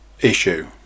issue